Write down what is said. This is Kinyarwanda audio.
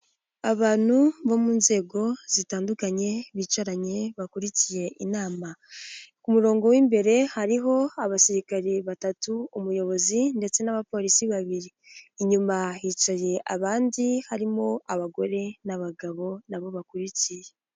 Abantu bo mu nzego zitandukanye, bicaranye bakurikiye inama. Ku murongo w'imbere hariho abasirikari batatu, umuyobozi ndetse n'abapolisi babiri, inyuma hicaye abandi harimo abagore n'abagabo nabo bakurikiye.